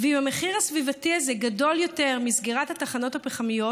ואם המחיר הסביבתי הזה גדול יותר מסגירת התחנות הפחמיות,